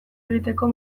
egiteko